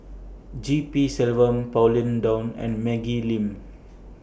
G P Selvam Pauline Dawn and Maggie Lim